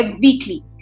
weekly